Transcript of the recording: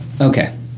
Okay